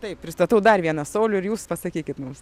taip pristatau dar vienas sauliau ir jūs pasakykit mums